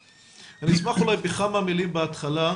נשמח אולי בכמה מילים בהתחלה,